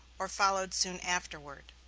or followed soon afterward.